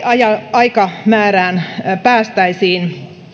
aikamäärään päästäisiin